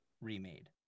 remade